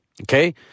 okay